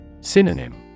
Synonym